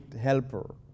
helper